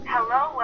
Hello